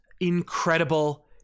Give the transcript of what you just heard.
incredible